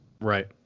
Right